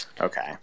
okay